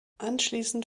anschließend